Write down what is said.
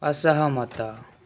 ଅସହମତ